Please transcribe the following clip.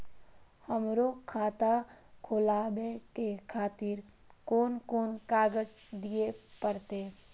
हमरो खाता खोलाबे के खातिर कोन कोन कागज दीये परतें?